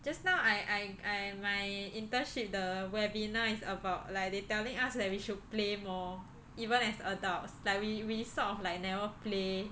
just now I I I my internship the webinar is about like they telling us that we should play more even as adults like we really sort of like never play